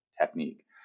technique